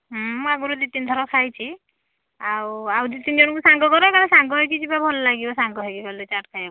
ମୁଁ ଆଗୁରୁ ଦୁଇ ତିନି ଥର ଖାଇଛି ଆଉ ଆଉ ଦୁଇ ତିନି ଜଣଙ୍କୁ ସାଙ୍ଗ କର କାରଣ ସାଙ୍ଗ ହୋଇକି ଯିବା ଭଲ ଲାଗିବ ସାଙ୍ଗ ହୋଇକି ଗଲେ ଚାଟ ଖାଇବାକୁ